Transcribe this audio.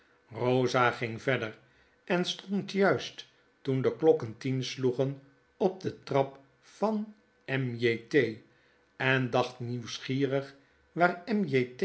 rosa ging verder en stond juist toen de klokken tien sloegen op de trap van m j t en dacht nieuwsgierig waar